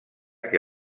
que